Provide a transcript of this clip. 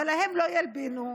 אבל להם לא ילבינו,